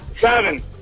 Seven